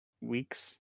Weeks